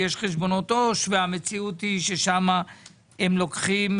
יש חשבונות עו"ש והמציאות היא ששם הם לוקחים,